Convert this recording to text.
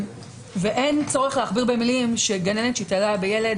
ואין צורך להכביר מילים גננת שהתעללה בילד